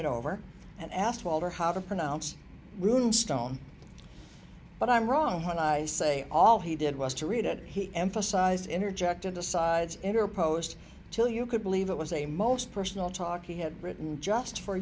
it over and asked walter how to pronounce runestone but i'm wrong when i say all he did was to read it he emphasized interjected the sides interposed till you could believe it was a most personal talk he had written just for